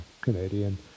Canadian